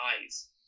eyes